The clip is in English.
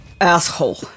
Asshole